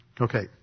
Okay